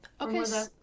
okay